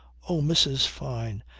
oh! mrs. fyne,